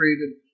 created